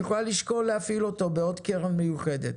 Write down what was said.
יכולה לשקול להפעיל אותו בעוד קרן מיוחדת.